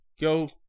go